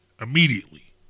immediately